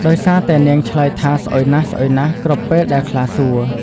ដោយសារតែនាង ឆ្លើយថា ស្អុយណាស់ៗ គ្រប់ពេលដែលខ្លាសួរ។